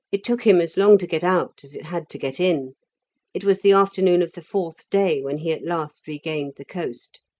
it took him as long to get out as it had to get in it was the afternoon of the fourth day when he at last regained the coast.